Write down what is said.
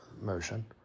motion